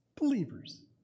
Believers